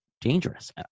dangerous